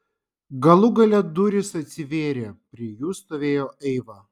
galų gale durys atsivėrė prie jų stovėjo eiva